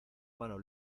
mano